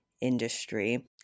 industry